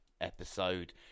episode